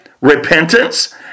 repentance